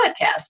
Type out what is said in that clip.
podcast